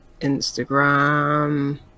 Instagram